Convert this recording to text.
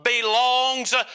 belongs